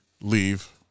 leave